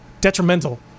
Detrimental